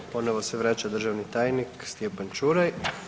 Ponovno se vraća državni tajnik Stjepan Čuraj.